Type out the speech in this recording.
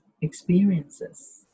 experiences